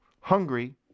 hungry